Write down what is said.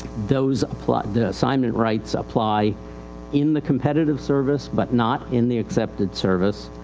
those apply, the assignment rights apply in the competitive service, but not in the accepted service.